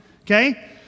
Okay